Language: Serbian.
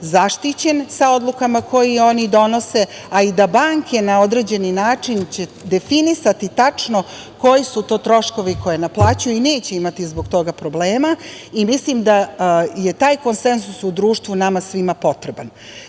zaštićen sa odlukama koje oni donose, a i da banke na određeni način će definisati tačno koji su to troškovi koje naplaćuju i neće imati zbog toga problema i mislim da je taj konsenzus u društvu nama svima potreban. Zbog